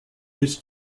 his